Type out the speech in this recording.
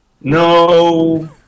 no